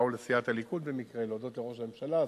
באו לסיעת הליכוד במקרה להודות לראש הממשלה,